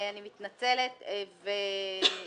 והיא